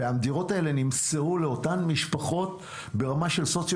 הדירות האלה נמסרו לאותן משפחות ברמה של סוציו